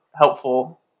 helpful